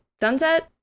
Sunset